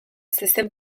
zezen